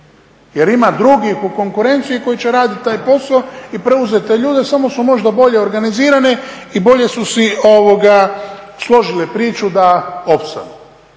jer ima drugih u konkurenciji koji će raditi taj posao i preuzeti te ljude, samo su možda bolje organizirani i bolje su si složili priču da opstanu.